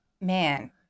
man